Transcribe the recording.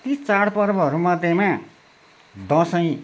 ती चाडपर्वहरूमध्येमा दसैँ